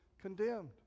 condemned